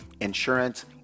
insurance